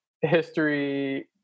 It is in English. history